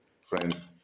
friends